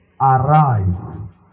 Arise